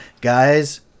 Guys